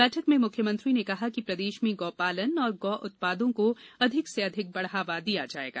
बैठक में मुख्यमंत्री ने कहा प्रदेश में गौ पालन एवं गो उत्पादों को अधिक से अधिक बढ़ावा दिया जाएगा